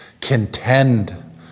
contend